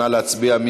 נא להצביע.